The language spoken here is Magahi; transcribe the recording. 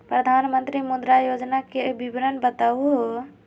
प्रधानमंत्री मुद्रा योजना के विवरण बताहु हो?